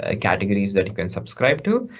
ah categories that you can subscribe to.